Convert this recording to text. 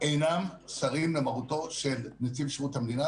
אינם סרים למרותו של נציב שירות המדינה,